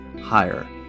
higher